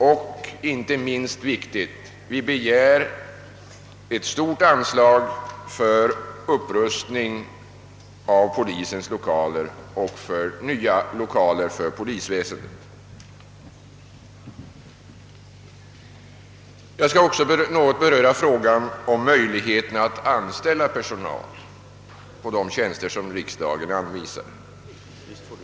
Och inte minst viktigt: vi begär ett stort anslag för upprustning av polisens lokaler och för nya lokaler för polisväsendet. Jag skall också något beröra frågan om möjligheterna att anställa personal på de tjänster som riksdagen anvisar.